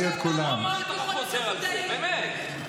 כמו מנטרה הוא חוזר על זה, באמת.